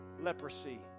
leprosy